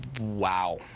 Wow